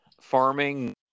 Farming